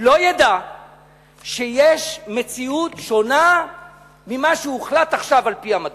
לא ידע שיש מציאות שונה ממה שהוחלט עכשיו על-פי המדע.